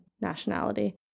nationality